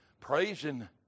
praising